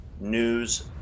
news